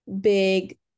big